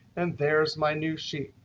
and there's my new sheet.